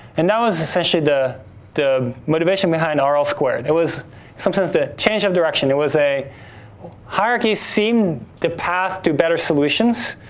and that was essentially the the motivation behind ah rl squared. it was sometimes the change of direction. it was a hierarchy seen the path to better solutions.